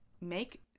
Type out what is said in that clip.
make